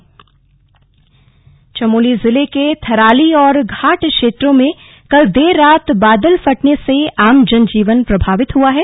नुकसान चमोली जिले के थराली और घाट क्षेत्रों में कल देर रात बादल फटने से आम जन जीवन प्रभावित हुआ है